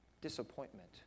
Disappointment